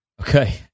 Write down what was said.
Okay